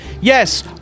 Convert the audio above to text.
Yes